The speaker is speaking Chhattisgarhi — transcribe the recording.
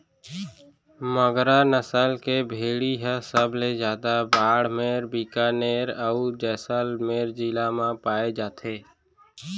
मगरा नसल के भेड़ी ह सबले जादा बाड़मेर, बिकानेर, अउ जैसलमेर जिला म पाए जाथे